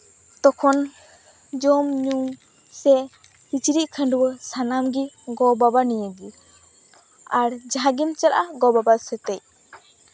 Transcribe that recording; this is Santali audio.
ᱛᱚᱠᱷᱚᱱ ᱡᱚᱢᱼᱧᱩ ᱥᱮ ᱠᱤᱪᱨᱤᱡ ᱠᱷᱟᱺᱰᱩᱣᱟᱹᱜ ᱥᱟᱱᱟᱢ ᱜᱮ ᱜᱚ ᱵᱟᱵᱟ ᱱᱤᱭᱮᱜᱮ ᱟᱨ ᱡᱟᱦᱟᱸᱜᱮᱢ ᱪᱟᱞᱟᱜᱼᱟ ᱜᱚ ᱵᱟᱵᱟ ᱥᱟᱛᱮᱜ